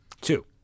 Two